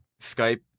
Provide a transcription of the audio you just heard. Skype